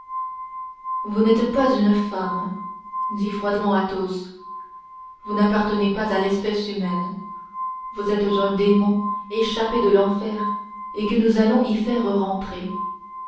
vous n'êtes pas une femme dit froidement athos vous n'appartenez pas à l'espèce humaine vous êtes un démon échappé de l'enfer et que nous allons y faire rentrer